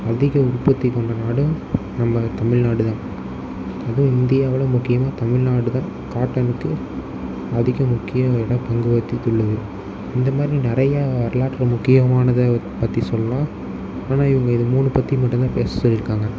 அதிக உற்பத்தி கொண்ட நாடும் நம்ம தமிழ்நாடு தான் அதுவும் இந்தியாவில் முக்கியமாக தமிழ்நாடு தான் காட்டனுக்கு அதிக முக்கிய இடம் பங்கு வகித்து உள்ளது இந்த மாதிரி நிறையா வரலாற்று முக்கியமானதை பற்றி சொல்லலாம் ஆனால் இவங்க இதை மூணு பற்றி மட்டும்தான் பேச சொல்லியிருக்காங்க